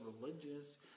religious